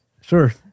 sure